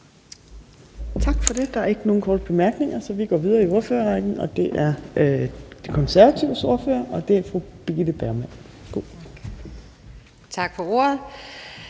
Tak for det. Der er ikke nogen korte bemærkninger, så vi går videre i ordførerrækken til De Konservatives ordfører, og det er fru Birgitte Bergman. Værsgo. Kl.